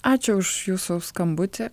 ačiū už jūsų skambutį